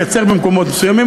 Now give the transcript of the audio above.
לייצר במקומות מסוימים,